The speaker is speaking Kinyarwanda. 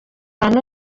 ahantu